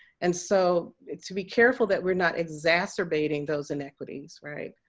and so to be careful that we're not exacerbating those inequities right?